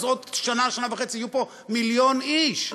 אז בעוד שנה שנה-וחצי יהיו פה מיליון איש.